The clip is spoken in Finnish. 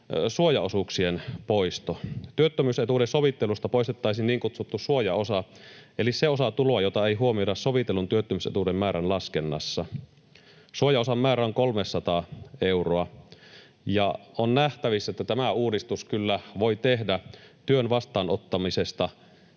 suojaosuuksien poisto. Työttömyysetuuden sovittelusta poistettaisiin niin kutsuttu suojaosa eli se osa tuloa, jota ei huomioida sovitellun työttömyysetuuden määrän laskennassa. Suojaosan määrä on 300 euroa. On nähtävissä, että tämä uudistus kyllä voi tehdä työn vastaanottamisesta